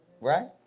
right